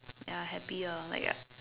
ya happier like I